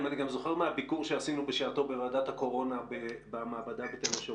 אם אני גם זוכר מהביקור שעשינו בשעתו בוועדת הקורונה במעבדה בתל השומר,